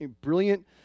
brilliant